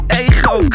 ego